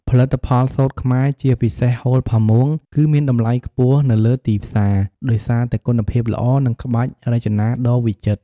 ផលិតផលសូត្រខ្មែរ ជាពិសេសហូល ផាមួង គឺមានតម្លៃខ្ពស់នៅលើទីផ្សារ ដោយសារតែគុណភាពល្អ និងក្បាច់រចនាដ៏វិចិត្រ។